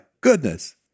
goodness